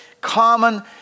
common